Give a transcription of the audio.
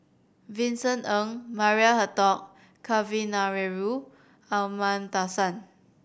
Vincent Ng Maria Hertogh Kavignareru Amallathasan